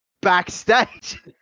Backstage